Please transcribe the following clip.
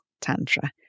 tantra